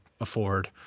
afford